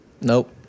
Nope